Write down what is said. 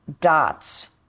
dots